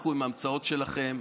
תפסיקו עם ההמצאות שלכם.